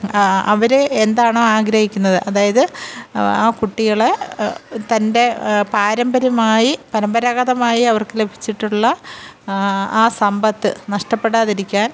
അവർ എന്താണോ ആഗ്രഹിക്കുന്നത് അതായത് ആ കുട്ടികളെ തൻ്റെ പാരമ്പര്യമായി പരമ്പരാഗതമായി അവര്ക്ക് ലഭിച്ചിട്ടുള്ള ആ സമ്പത്ത് നഷ്ടപ്പെടാതിരിക്കാന്